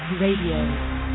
Radio